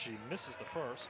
she misses the first